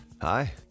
Hi